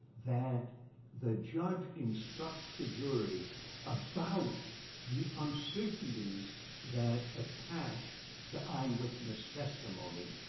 that the judge instruct the jury about the uncertainties that attach to eyewitness testimony.